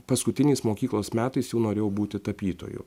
paskutiniais mokyklos metais jau norėjau būti tapytoju